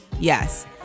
Yes